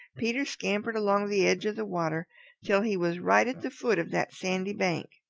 peter scampered along the edge of the water till he was right at the foot of that sandy bank.